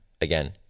again